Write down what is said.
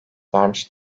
vermiş